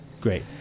great